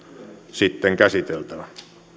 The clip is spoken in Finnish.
sitten käsiteltävä